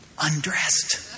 undressed